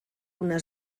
una